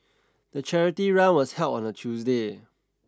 the charity run was held on a Tuesday